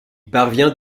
parvient